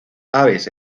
aves